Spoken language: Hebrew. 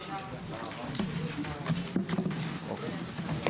הישיבה ננעלה בשעה 10:15.